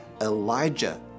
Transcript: Elijah